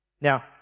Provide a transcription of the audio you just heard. Now